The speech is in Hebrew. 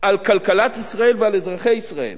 על כלכלת ישראל ועל אזרחי ישראל